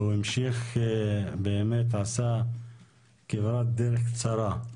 הוא עשה כברת דרך קצרה.